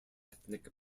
ethnic